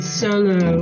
solo